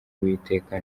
uwiteka